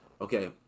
okay